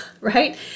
right